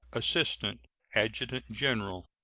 assistant adjutant-general.